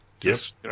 Yes